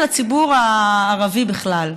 של הציבור הערבי בכלל,